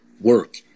work